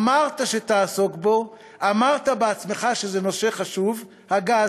אמרת שתעסוק בו, אמרת בעצמך שזה נושא חשוב: הגז.